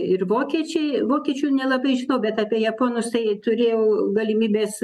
ir vokiečiai vokiečių nelabai žinau bet apie japonus tai turėjau galimybės